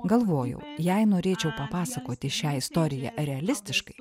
galvojau jei norėčiau papasakoti šią istoriją realistiškai